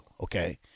okay